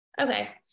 okay